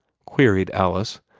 queried alice.